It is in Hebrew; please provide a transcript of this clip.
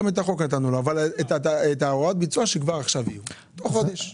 גם את החוק נתנו לו אבל שהוראות ביצוע יהיו תוך חודש.